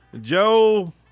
Joe